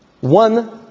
One